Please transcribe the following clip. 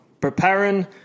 Preparing